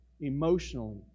emotionally